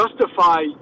justify